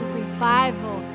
revival